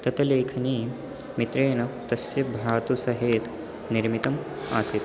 तत् लेखनी मित्रेण तस्य भ्रातुः सह निर्मितम् आसीत्